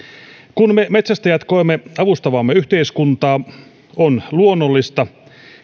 kun me metsästäjät koemme avustavamme yhteiskuntaa on luonnollista